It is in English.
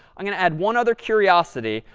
i'm going to add one other curiosity.